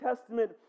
Testament